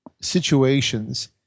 situations